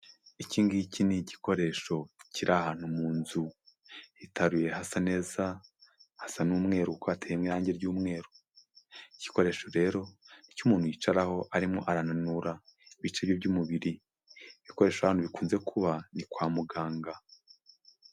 Iki ngiki ni igikoresho kiri ahantu mu nzu hitaruye hasa neza, hasa n'umweru kuko hateyemo irangi ry'umweru, iki gikoresho rero ni icy'umuntu yicaraho arimo arananura ibice bye by'umubiri, ibikoresho ahantu bikunze kuba ni kwa muganga.